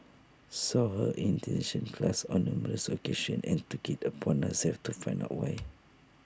saw her in detention class on numerous occasions and took IT upon herself to find out voice